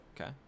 Okay